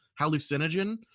Hallucinogen